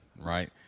right